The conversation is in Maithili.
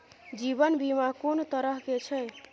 जीवन बीमा कोन तरह के छै?